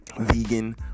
Vegan